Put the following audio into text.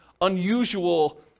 unusual